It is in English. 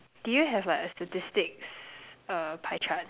do you have like a statistics uh pie chart